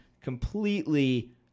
completely